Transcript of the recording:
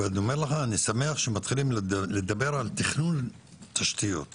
ואני אומר לך אני שמח שמתחילים לדבר על תכנון תשתיות בפיתוח.